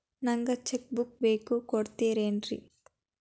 ನಂಗ cheque book ಬೇಕು ಕೊಡ್ತಿರೇನ್ರಿ?